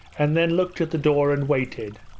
and then looked at the door and waited,